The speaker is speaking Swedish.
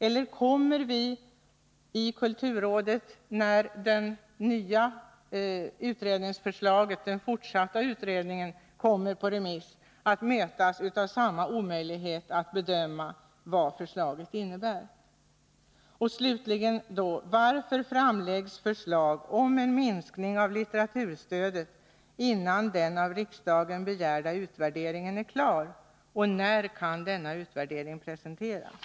Eller kommer det att bli omöjligt för oss i kulturrådet att bedöma också vad det nya utredningsförslaget innebär, när det skickas ut på remiss? Varför framläggs förslag om en minskning av litteraturstödet innan den av riksdagen begärda utvärderingen är klar? När kan denna utvärdering presenteras?